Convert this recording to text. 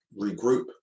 regroup